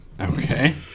Okay